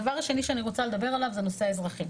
הדבר השני שאני רוצה לדבר עליו זה נושא האזרחים.